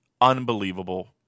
unbelievable